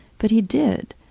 but he did.